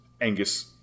Angus